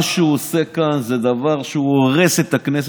מה שהוא עושה כאן זה דבר שהורס את הכנסת.